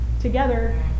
together